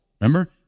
Remember